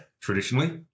Traditionally